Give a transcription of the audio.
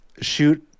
shoot